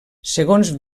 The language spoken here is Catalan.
segons